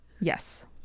Yes